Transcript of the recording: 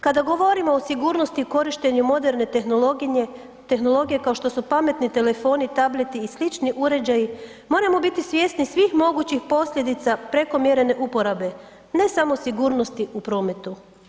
Kada govorimo o sigurnosti u korištenju moderne tehnologije kao što su pametni telefoni, tableti i slični uređaji, moramo biti svjesni svih mogućih posljedica prekomjerne uporabe ne samo sigurnosti u prometu.